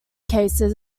cases